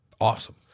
Awesome